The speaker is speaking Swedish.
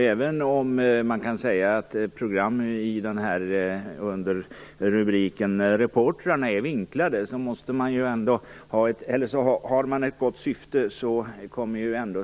Även om man kan säga att ett program under rubriken Reportrarna är vinklat, kommer ju ändå sanningen fram om syftet är gott.